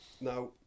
Now